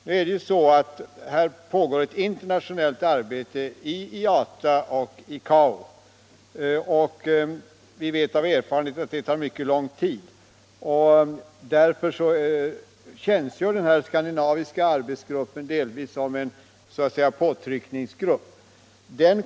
Nu är det så att ett internationellt arbete pågår i IATA och ICAO, och vi vet av erfarenhet att det tar mycket lång tid. Därför tjänstgör den skandinaviska arbetsgruppen delvis som en påtryckningsgrupp.